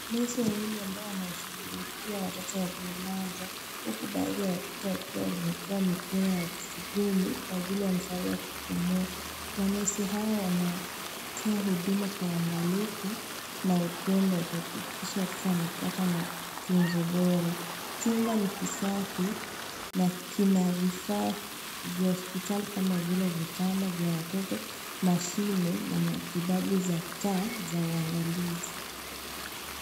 Nesi ambao wanawashugulikia watoto waliolazwa huku baadhi ya watoto wakiwa wameekewa mipira ya oxygeni kwa ajili ya msaada wa kupumua manesi hawo wanatoa huduma kwa uangalifu na upendo kisha watoto wanapata matunzo bora chumba nikisafi na kina vifaa vya hospitali kama vile vitanda vya watoto machine na matibabu za taa za uangalizi.